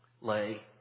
lay